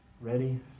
Ready